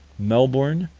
melbourne,